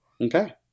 Okay